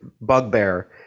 bugbear